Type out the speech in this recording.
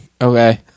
Okay